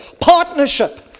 Partnership